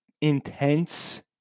intense